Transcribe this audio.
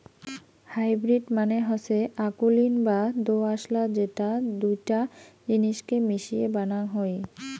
hybrid মানে হসে অকুলীন বা দোআঁশলা যেটা দুইটা জিনিসকে মিশিয়ে বানাং হই